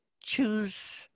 choose